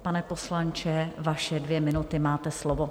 Pane poslanče, vaše dvě minuty, máte slovo.